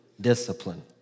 discipline